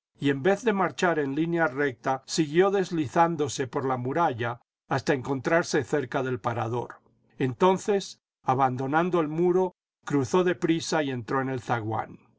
y en vez de marchar en línea recta siguió deslizándose por la muralla hasta encontrarse cerca del parador entonces abandonando el muro cruzó de prisa y entró en el zaguán